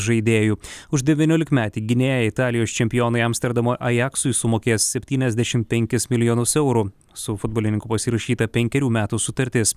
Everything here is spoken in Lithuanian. žaidėju už devyniolikmetį gynėją italijos čempionai amsterdamo ajaksui sumokės septyniasdešim penkis milijonus eurų su futbolininku pasirašyta penkerių metų sutartis